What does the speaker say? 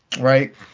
right